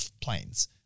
planes